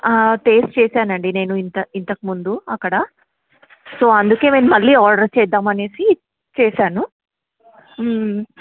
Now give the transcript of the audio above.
test చేసానండి నేను ఇంత ఇంతకు ముందు అక్కడ సో అందుకే మేం మళ్ళీ ఆర్డర్ చేద్దాం అనేసి చేశాను